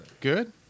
Good